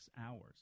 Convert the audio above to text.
hours